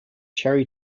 cherry